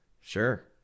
Sure